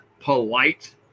polite